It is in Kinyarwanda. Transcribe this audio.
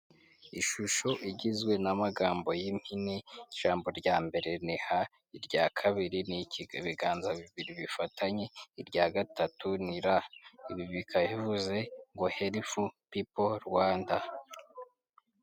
Ishusho igizwe n'amagambo y'impene, ijambo rya mbere ni H, irya kabiri ni ibiganza bibiri bifatanye, irya gatatu ni R, ibi bikaba bivuze ngo Health People Rwanda.